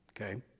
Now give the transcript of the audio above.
okay